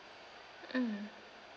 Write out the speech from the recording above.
mm